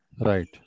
Right